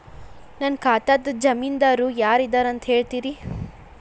ನನ್ನ ಖಾತಾದ್ದ ಜಾಮೇನದಾರು ಯಾರ ಇದಾರಂತ್ ಹೇಳ್ತೇರಿ?